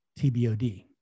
TBOD